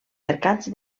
mercats